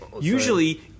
Usually